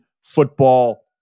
football